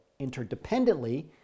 interdependently